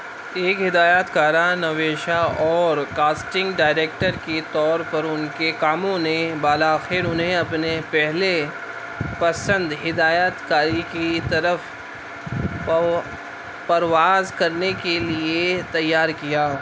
ایک ہدایت کارہ نویسہ اور کاسٹنگ ڈائریکٹر کے طور پر ان کے کاموں نے بالآخر انہیں اپنے پہلے پسند ہدایت کاری کی طرف پرواز کرنے کے لیے تیار کیا